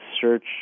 search